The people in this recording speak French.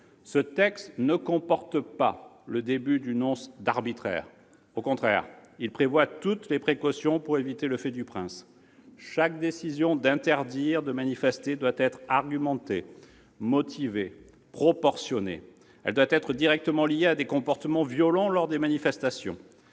Ce texte ne comporte pas une once d'arbitraire. Au contraire, il prévoit toutes les précautions pour éviter le fait du prince. Chaque décision d'interdire de manifester doit être argumentée, motivée, proportionnée. Elle doit être directement liée à des comportements violents lors des manifestations.